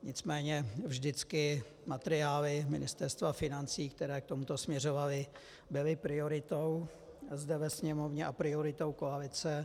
Nicméně vždycky materiály Ministerstva financí, které k tomuto směřovaly, byly prioritou zde ve Sněmovně a prioritou koalice.